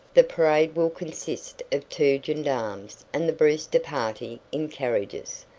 the parade will consist of two gendarmes and the brewster party in carriages,